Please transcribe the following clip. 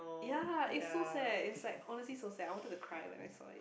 ya it's so sad it's like honestly so sad I wanted to cry when I saw it